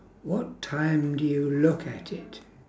what time do you look at it